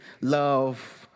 love